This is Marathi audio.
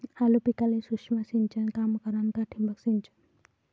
आलू पिकाले सूक्ष्म सिंचन काम करन का ठिबक सिंचन?